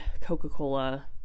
Coca-Cola